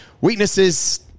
Weaknesses